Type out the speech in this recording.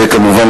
וכמובן,